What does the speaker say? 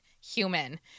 human